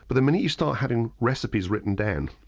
but the minute you start having recipes written down